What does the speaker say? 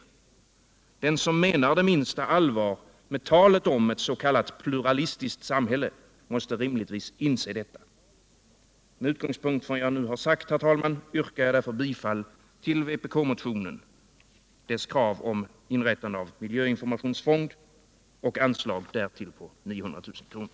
Den som menar det minsta allvar med talet om ett s.k. pluralistiskt samhälle måste rimligtvis inse detta. Mot bakgrund av vad jag anfört hemställer jag om bifall till vpk-motionens yrkande om inrättande av en miljöinformationsfond och att till denna anslås ett belopp om 900 000 kr.